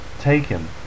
taken